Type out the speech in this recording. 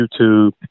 YouTube